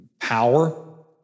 power